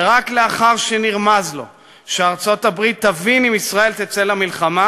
ורק לאחר שנרמז לו שארצות-הברית תבין אם ישראל תצא למלחמה,